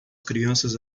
crianças